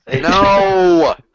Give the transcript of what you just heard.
No